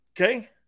Okay